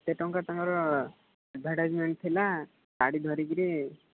ସେଇ ଟଙ୍କା ତାଙ୍କର ଆଡଭାଟାଇଜମେଣ୍ଟ୍ ଥିଲା ଗାଡ଼ି ଧରିକିରି